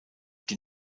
die